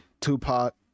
Tupac